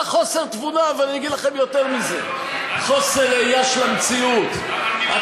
הממשלה: תחרים את נשיא ארצות-הברית הנבחר טראמפ,